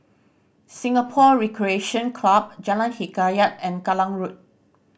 Singapore Recreation Club Jalan Hikayat and Kallang Road